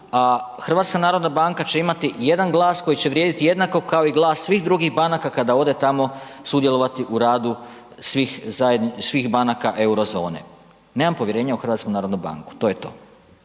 a HNB će imati jedan glas koji je vrijediti jednako kao i glas svih drugih banaka kada ode tamo sudjelovati u radu svih banaka euro zone. Nemam povjerenja u HNB, to je to.